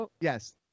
Yes